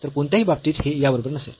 तर कोणत्याही बाबतीत हे याबरोबर नसेल